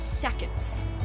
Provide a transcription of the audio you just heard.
seconds